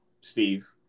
Steve